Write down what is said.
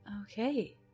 Okay